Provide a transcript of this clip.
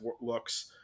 looks